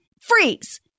Freeze